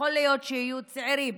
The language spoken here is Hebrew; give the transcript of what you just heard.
יכול להיות שיהיו צעירים